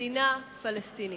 מדינה פלסטינית.